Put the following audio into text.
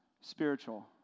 spiritual